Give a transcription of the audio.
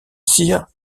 cyr